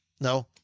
no